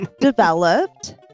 developed